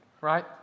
Right